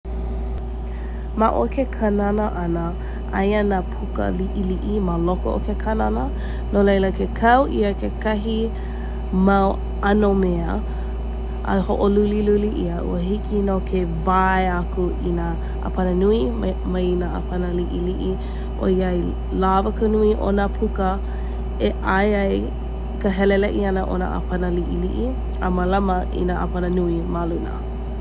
Ma o ke kānana ʻana aia nā puka liʻliʻi ma loko o ke kānana No laila ke kau ‘ia kekahi mau ʻano mea a hoʻoluliluli ‘ia ua hiki no ke wae aku i nā ʻāpana nui mai nā ʻāpana liʻiliʻi ʻoiai lawa ka nui o nā puka e ʻae ai ka heleleʻi ʻana o nā ʻāpana liʻiliʻi a mālama i nā ʻāpana nui ma luna